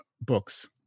Books